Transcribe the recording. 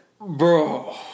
bro